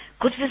good